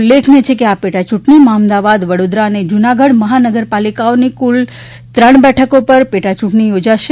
ઉલ્લેખનીય છે કે આ પેટા યૂંટણીમાં અમદવાદ વડોદરા અને જૂનાગઢ મહાનગરપાલિકાઓની કુલ ત્રણ બેઠકો પર પેટા ચૂંટણી યોજાશે